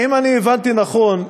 אני הבנתי נכון,